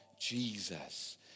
Jesus